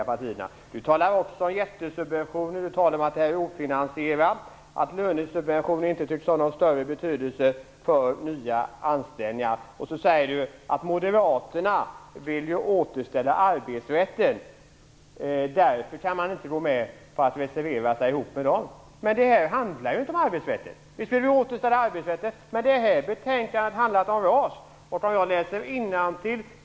Hans Andersson talar också om jättesubventioner, att det är ofinansierat och att lönesubventioner inte tycks ha någon större betydelse för nya anställningar. Hans Andersson säger också att moderaterna vill återställa arbetsrätten och att man därför inte kan gå med på att reservera sig ihop med dem. Det handlar nu inte om arbetsrätten. Visst skall vi återställa arbetsrätten. Men det här betänkandet handlar inte om RAS.